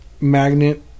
magnet